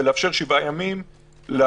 ולאפשר שבעה ימים לחוזר.